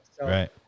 right